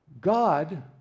God